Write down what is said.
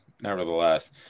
nevertheless